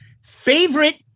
Favorite